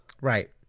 Right